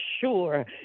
sure